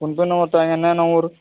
PhonePe number ତ ଆଜ୍ଞା ନାଇଁ ନ ମୋର